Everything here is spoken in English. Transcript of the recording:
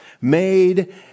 made